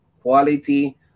quality